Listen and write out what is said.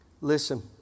Listen